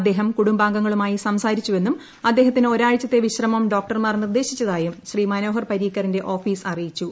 അദ്ദേഹം കുടുംബാംഗങ്ങളുമായി സംസാരിച്ചുവെന്നും അദ്ദേഹത്തിന് ഒരാഴ്ചത്തെ വിശ്രമം ഡോക്ടർമാർ നിർദ്ദേശിച്ചതായും ശ്രീ മനോഹർ പരീക്കറിന്റെ ഓഫീസ് അറിയിച്ചു